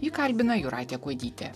jį kalbina jūratė kuodytė